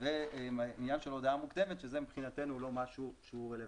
זה עניין של הודעה מוקדמת שזה מבחינתנו לא משהו שהוא רלוונטי.